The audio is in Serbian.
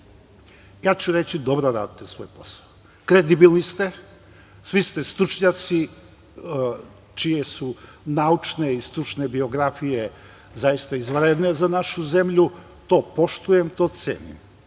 Ja ću reći da dobro radite svoj posao, kredibilni ste, svi ste stručnjaci čije su naučne i stručne biografije zaista izvanredne za našu zemlju. To poštujem. To cenim.